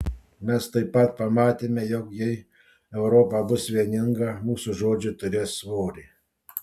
mes taip pat pamatėme jog jei europa bus vieninga mūsų žodžiai turės svorį